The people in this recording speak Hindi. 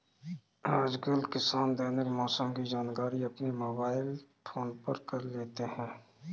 आजकल किसान दैनिक मौसम की जानकारी अपने मोबाइल फोन पर ले लेते हैं